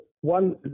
one